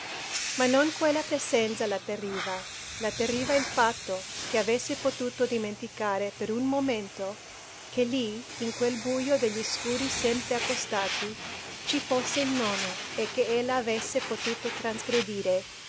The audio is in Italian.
ma non quella presenza la atterriva la atterriva il fatto che avesse potuto dimenticare per un momento che lì in quel bujo degli scuri sempre accostati ci fosse il nonno e che ella avesse potuto trasgredire